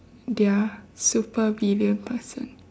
their super villain person